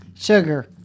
Sugar